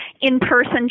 in-person